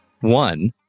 One